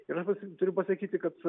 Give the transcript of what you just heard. ir aš turiu pasakyti kad